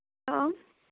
hello